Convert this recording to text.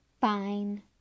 Fine